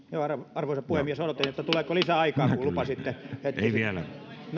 arvoisa puhemies odotan tuleeko lisäaikaa kun lupasitte no niin